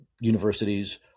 universities